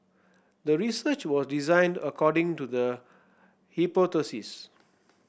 the research was designed according to the hypothesis